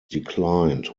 declined